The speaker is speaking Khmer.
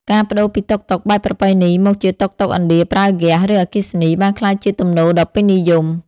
ការប្តូរពីតុកតុកបែបប្រពៃណីមកជាតុកតុកឥណ្ឌាប្រើហ្គាស ឬអគ្គិសនី បានក្លាយជាទំនោរដ៏ពេញនិយម។